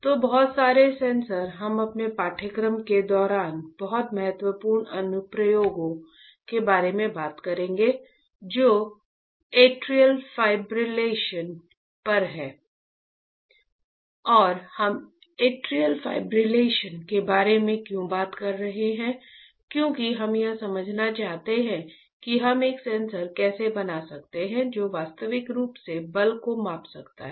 तो बहुत सारे सेंसर हम अपने पाठ्यक्रम के दौरान बहुत महत्वपूर्ण अनुप्रयोग के बारे में बात करेंगे जो एट्रियल फाइब्रिलेशन पर है और हम एट्रियल फाइब्रिलेशन के बारे में क्यों बात कर रहे हैं क्योंकि हम यह समझना चाहते हैं कि हम एक सेंसर कैसे बना सकते हैं जो वास्तविक रूप से बल को माप सकता है